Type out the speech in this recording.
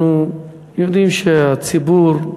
אנחנו יודעים שהציבור,